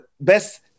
best